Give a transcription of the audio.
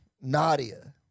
Nadia